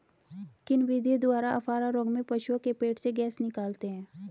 किन विधियों द्वारा अफारा रोग में पशुओं के पेट से गैस निकालते हैं?